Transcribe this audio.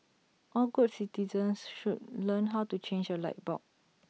all good citizens should learn how to change A light bulb